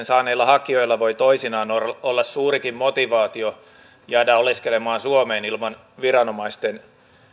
saaneilla hakijoilla voi toisinaan olla suurikin motivaatio jäädä oleskelemaan suomeen ilman viranomaisten